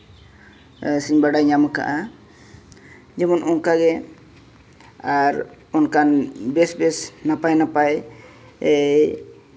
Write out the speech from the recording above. ᱥᱮᱧ ᱵᱟᱲᱟᱭ ᱧᱟᱢ ᱠᱟᱜᱼᱟ ᱚᱱᱠᱟᱜᱮ ᱟᱨ ᱚᱱᱠᱟᱱ ᱵᱮᱥ ᱵᱮᱥ ᱱᱟᱯᱟᱭ ᱱᱟᱯᱟᱭ